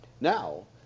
Now